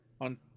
On